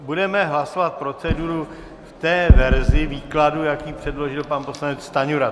Budeme hlasovat proceduru v té verzi výkladu, jak ji předložil pan poslanec Stanjura.